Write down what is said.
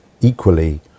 equally